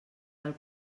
del